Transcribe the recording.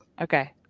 Okay